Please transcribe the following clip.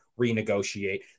renegotiate